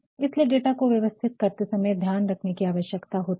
इसलिए डाटा को व्यवस्थित करते समय ध्यान रखने की आवश्यकता होती है